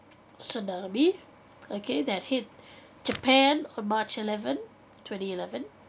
tsunami okay that hit japan on march eleven twenty eleven